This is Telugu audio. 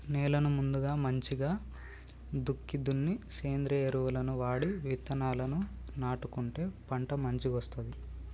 నేలను ముందుగా మంచిగ దుక్కి దున్ని సేంద్రియ ఎరువులను వాడి విత్తనాలను నాటుకుంటే పంట మంచిగొస్తది